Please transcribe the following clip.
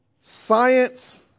Science